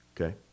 Okay